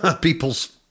people's